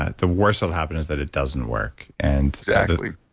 ah the worst that'll happen is that it doesn't work and exactly.